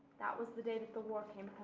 that was the day that the war came